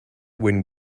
when